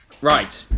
Right